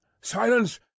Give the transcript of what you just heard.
Silence